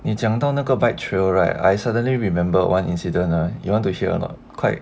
你讲到那个 bike trail right I suddenly remember one incident ah you want to hear or not quite